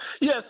Yes